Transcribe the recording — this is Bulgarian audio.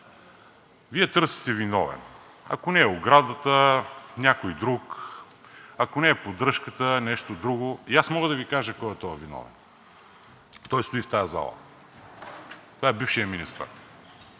Вие търсите виновен – ако не е оградата, някой друг, ако не е поддръжката, нещо друго… И аз мога да Ви кажа кой е този виновен? Той стои в тази зала. Това е бившият министър